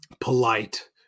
polite